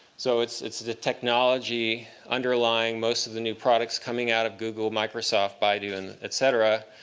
so it's it's the technology underlying most of the new products coming out of google, microsoft, baidu, and et cetera.